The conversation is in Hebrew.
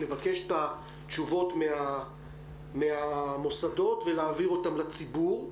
לבקש את התשובות מהמוסדות ולהעביר אותן לציבור,